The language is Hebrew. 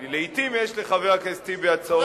כי לעתים יש לחבר הכנסת טיבי הצעות טובות.